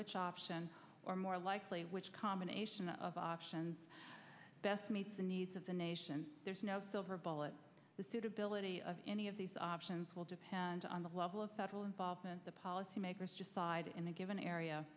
which option or more likely which combination of options best meets the needs of the nation there's no silver bullet suitability of any of these options will depend on the level of federal involvement the policy makers just side in a given area